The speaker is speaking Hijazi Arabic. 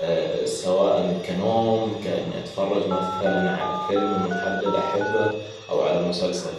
سواء كنوم كأني اتفرج مثلاً على فيلم محدد أحبه أو على مسلسل